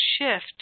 shift